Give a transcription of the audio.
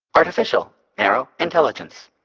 artificial narrow intelligence.